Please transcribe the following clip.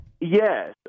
yes